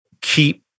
keep